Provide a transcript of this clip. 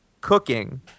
cooking